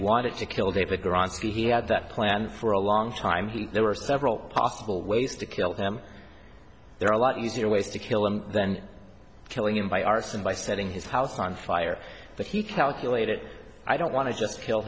wanted to kill david grant's he had that planned for a long time there were several possible ways to kill him there are a lot easier ways to kill him then killing him by arson by setting his house on fire but he calculated i don't want to just kill